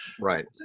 Right